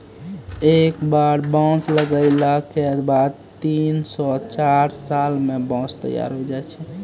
एक बार बांस लगैला के बाद तीन स चार साल मॅ बांंस तैयार होय जाय छै